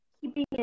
keeping